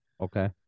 Okay